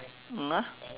!huh!